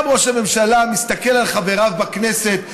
גם ראש הממשלה מסתכל על חבריו בכנסת,